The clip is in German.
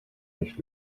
nicht